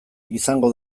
izango